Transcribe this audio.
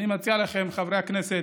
אני מציע לכם, חברי הכנסת,